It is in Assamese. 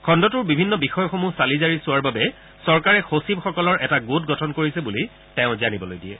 খণ্ডটোৰ বিভিন্ন বিষয়সমূহ চালি জাৰি চোৱাৰ বাবে চৰকাৰে সচিবসকলৰ এটা গোট গঠন কৰিছে বুলি তেওঁ জানিবলৈ দিয়ে